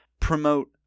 promote